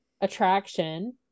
attraction